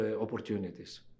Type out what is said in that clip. opportunities